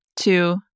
Two